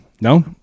No